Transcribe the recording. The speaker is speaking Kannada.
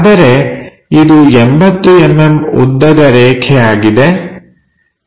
ಆದರೆ ಇದು 80mm ಉದ್ದದ ರೇಖೆ ಆಗಿದೆ